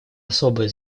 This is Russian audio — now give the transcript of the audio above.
особое